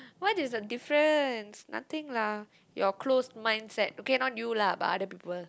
what is a difference nothing lah your clothes mindset okay not you lah but other people